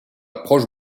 proche